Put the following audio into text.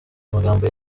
magambo